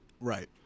Right